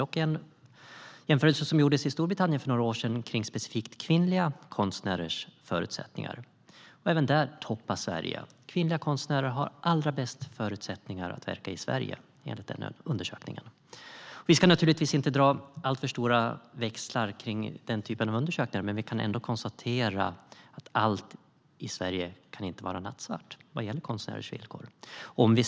Dock gjordes en jämförelse i Storbritannien för några år sedan av specifikt kvinnliga konstnärers förutsättningar, och även där toppade Sverige. Kvinnliga konstnärer har allra bäst förutsättningar att verka i Sverige, enligt undersökningen. Vi ska naturligtvis inte dra alltför stora växlar på den typen av undersökningar, men vi kan ändå konstatera att allt i Sverige inte kan vara nattsvart vad gäller konstnärers villkor.